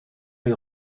les